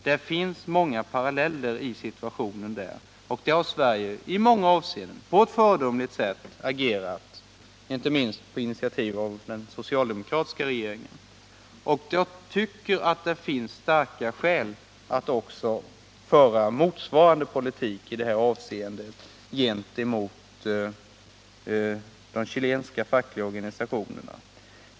Det finns många paralleller i situationen, och där har Sverige i många avseenden på ett föredömligt sätt agerat, inte minst på initiativ av den socialdemokratiska regeringen. Jag tycker att det finns starka skäl att också föra motsvarande politik i det här avseendet gentemot de chilenska fackliga organisationerna.